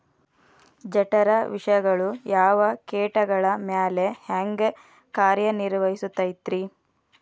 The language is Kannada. ಜಠರ ವಿಷಗಳು ಯಾವ ಕೇಟಗಳ ಮ್ಯಾಲೆ ಹ್ಯಾಂಗ ಕಾರ್ಯ ನಿರ್ವಹಿಸತೈತ್ರಿ?